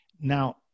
Now